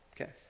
Okay